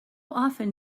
often